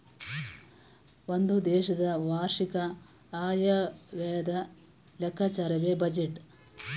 ಒಂದು ದೇಶದ ವಾರ್ಷಿಕ ಆಯವ್ಯಯದ ಲೆಕ್ಕಾಚಾರವೇ ಬಜೆಟ್